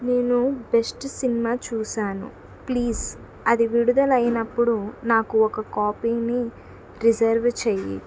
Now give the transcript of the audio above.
నేను best cinema చూసాను please అది విడుదలైనప్పుడు నాకు ఒక కాపీని రిజర్వ్ చేయి